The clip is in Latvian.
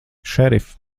šerif